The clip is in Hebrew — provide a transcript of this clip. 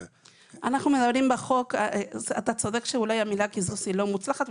אתה צודק שאולי המילה קיזוז לא מוצלחת,